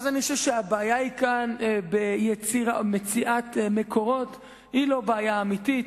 אני חושב שהבעיה כאן במציאת מקורות היא לא בעיה אמיתית.